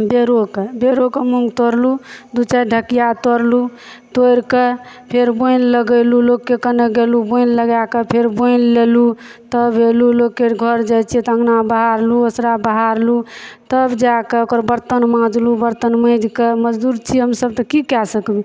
बेरो कऽ बेरो कऽ गेलहुँ मूँग तोड़लहुँ दू चारि ढ़किया तोड़लहुँ तोड़िके फेर बोनि लगेलहुँ लोकके कने गेलहुँ बोनि लगा कए फेर बोनि लेलहुँ तब एलहुँ लोकके घर जाइ छियै तऽ अङ्गना बहारलहुँ असोरा बहारलहुँ तब जाके ओकर बर्तन माँजलहुँ बर्तन माजिके मजदूर छियै हमसब तऽ की कई सकबै